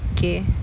okay